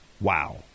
wow